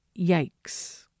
yikes